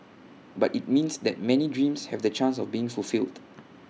but IT means that many dreams have the chance of being fulfilled